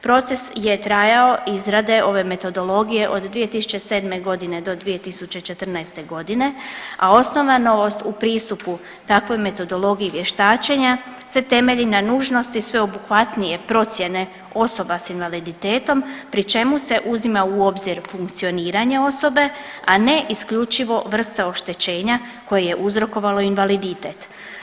Proces je trajao izrade ove metodologije od 2007. g. do 2014. g., a osnovna novost u pristupu takvoj metodologiji vještačenja se temelji na nužnosti sveobuhvatnije procjene osoba s invaliditetom, pri čemu se uzima u obzir funkcioniranje osobe, a ne isključivo vrsta oštećenja koje je uzrokovalo invaliditet.